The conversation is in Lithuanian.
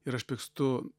ir aš pykstu